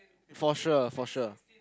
for sure for sure